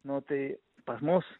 nu tai pas mus